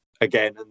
again